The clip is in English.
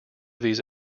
these